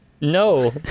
No